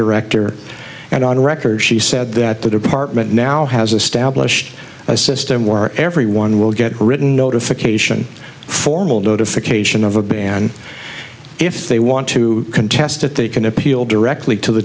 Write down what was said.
director and on record she said that the department now has established a system where everyone will get written notification formal notification of a ban if they want to contest they can appeal directly to the